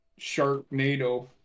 Sharknado